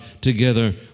together